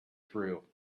through